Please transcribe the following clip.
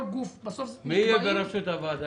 מי יהיה בראשות הוועדה?